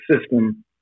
system